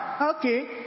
Okay